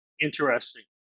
interesting